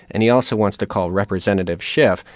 and he also wants to call representative schiff,